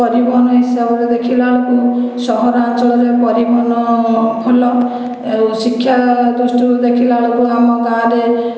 ପରିବହନ ହିସାବରେ ଦେଖିଲା ବେଳକୁ ସହରାଞ୍ଚଳରେ ପରିବହନ ଭଲ ଆଉ ଶିକ୍ଷା ଦୃଷ୍ଟିରେ ଦେଖିଲା ବେଳକୁ ଆମ ଗାଁରେ